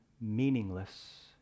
meaningless